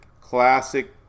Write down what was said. classic